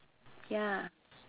ya